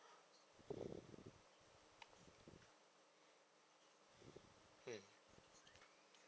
mm